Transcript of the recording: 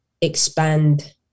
expand